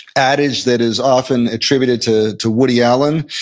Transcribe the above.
adage that is often attributed to to woody allen.